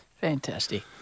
Fantastic